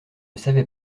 savait